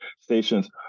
stations